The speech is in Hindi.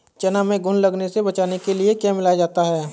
चना में घुन लगने से बचाने के लिए क्या मिलाया जाता है?